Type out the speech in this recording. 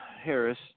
Harris